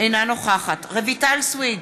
אינה נוכחת רויטל סויד,